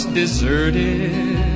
deserted